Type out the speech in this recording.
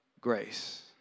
grace